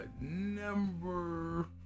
number